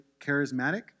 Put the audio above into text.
charismatic